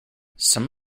some